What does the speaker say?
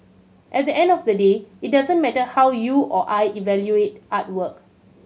at the end of the day it doesn't matter how you or I evaluate artwork